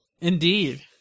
Indeed